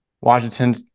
Washington